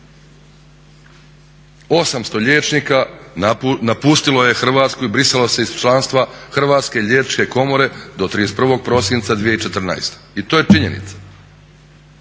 800 liječnika napustilo je Hrvatsku i brisalo se iz članstva Hrvatske liječničke komore do 31. prosinca 2014. i to je činjenica.